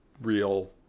real